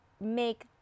make